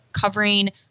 covering